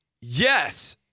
Yes